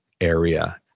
area